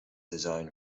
design